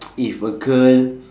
if a girl